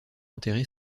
enterré